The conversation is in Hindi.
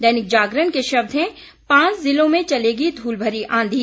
दैनिक जागरण के शब्द हैं पांच ज़िलों में चलेगी धूलभरी आंधी